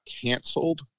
canceled